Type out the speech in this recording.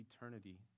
eternity